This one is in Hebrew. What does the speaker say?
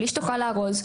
בלי שתוכל לארוז,